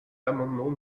l’amendement